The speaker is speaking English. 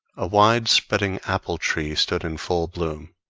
a wide-spreading apple-tree stood in full bloom,